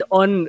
on